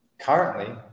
Currently